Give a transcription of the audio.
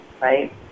right